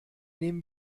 nehmen